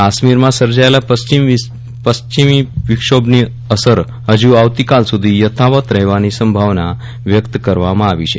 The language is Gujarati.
કાશ્મીરમાં સર્જાયેલા પશ્ચિમ વિક્ષોભની અસર હજુ આવતીકાલ સુધી યથાવત રહેવાની સંભાવના વ્યક્ત કરવામાં આવી છે